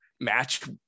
match